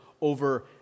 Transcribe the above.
over